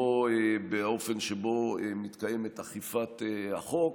לא באופן שבו מתקיימת אכיפת החוק.